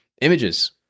Images